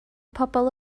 pobol